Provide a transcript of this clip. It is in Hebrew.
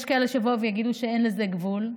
יש כאלה שיבואו ויגידו שאין לזה גבול.